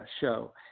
show